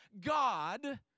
God